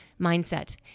mindset